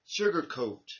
sugarcoat